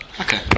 Okay